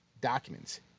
documents